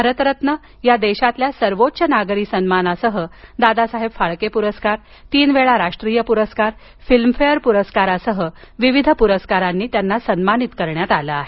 भारतरत्न या देशातील सर्वोच्च नागरी सन्मानासह दादासाहेब फाळके प्रस्कार तीन राष्ट्रीय प्रस्कार फिल्मफेअर प्रस्कारासह विविध प्रस्कारांनी त्यांना सन्मानित करण्यात आलं आहे